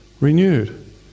Renewed